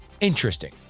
interesting